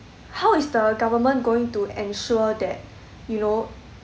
how is the government going to ensure that you know